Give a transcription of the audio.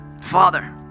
Father